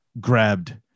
grabbed